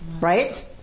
Right